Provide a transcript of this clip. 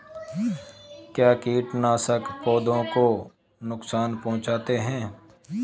क्या कीटनाशक पौधों को नुकसान पहुँचाते हैं?